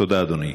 תודה, אדוני.